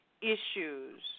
issues